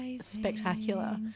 spectacular